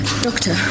Doctor